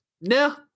no